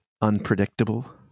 unpredictable